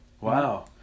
Wow